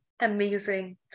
Amazing